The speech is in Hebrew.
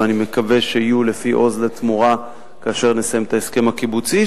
ואני מקווה שיהיו לפי "עוז לתמורה" כאשר נסיים את ההסכם הקיבוצי,